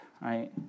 right